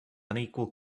unequal